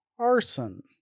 arson